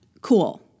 Cool